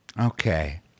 Okay